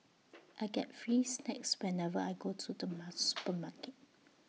I get free snacks whenever I go to the supermarket